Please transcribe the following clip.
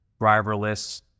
driverless